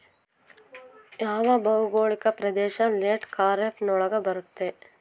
ಯಾವ ಭೌಗೋಳಿಕ ಪ್ರದೇಶ ಲೇಟ್ ಖಾರೇಫ್ ನೊಳಗ ಬರುತ್ತೆ?